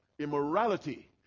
Immorality